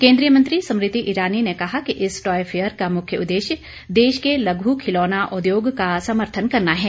केन्द्रीय मंत्री स्मृति ईरानी ने कहा कि इस टॉय फेयर का मुख्य उद्देश्य देश के लघु खिलौना उद्योग का समर्थन करना है